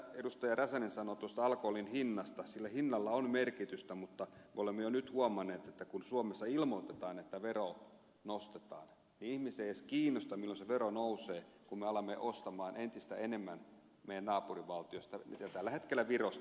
räsänen sanoi alkoholin hinnasta niin sillä hinnalla on merkitystä mutta me olemme jo nyt huomanneet että kun suomessa ilmoitetaan että veroa nostetaan niin ei ihmisiä edes kiinnosta milloin se vero nousee vaan me alamme heti ostaa entistä enemmän meidän naapurivaltiostamme kuten tällä hetkellä virosta